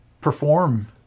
perform